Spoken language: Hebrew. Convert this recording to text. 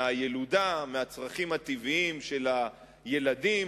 מהילודה ומהצרכים הטבעיים של הילדים,